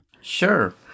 Sure